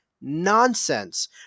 nonsense